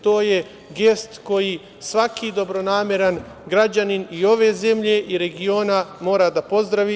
To je gest koji svaki dobronameran građanin i ove zemlje i regiona mora da pozdravi.